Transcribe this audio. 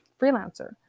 freelancer